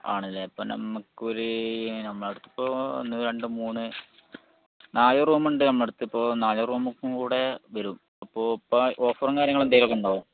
ആണല്ലേ ഇപ്പം നമുക്ക് ഒരു നമ്മളുടെ അടുത്ത് ഇപ്പോൾ ഒന്ന് രണ്ട് മൂന്ന് നാല് റൂമുണ്ട് നമ്മളുടെ അടുത്ത് ഇപ്പോൾ നാല് റൂമിനും കൂടെ വരും അപ്പോൾ ഇപ്പം ഓഫറും കാര്യങ്ങളും എന്തേലും ഒക്കെ ഉണ്ടാകുമോ